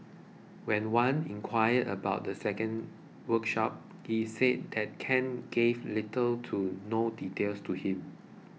when Wan inquired about the second workshop he said that Ken gave little to no details to him